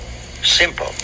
Simple